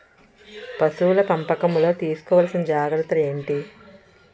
పశువుల పెంపకంలో తీసుకోవల్సిన జాగ్రత్తలు ఏంటి?